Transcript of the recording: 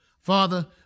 Father